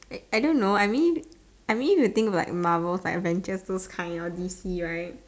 I don't know I mean if you think like Marvel Avengers those kind or D_C right